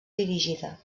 dirigida